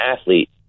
athlete